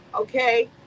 okay